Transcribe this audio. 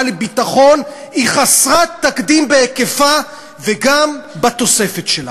לביטחון היא חסרת תקדים בהיקפה וגם בתוספת שלה.